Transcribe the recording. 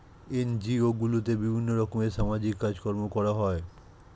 NGO গুলোতে বিভিন্ন রকমের সামাজিক কাজকর্ম করা হয়